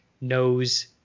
knows